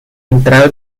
entrada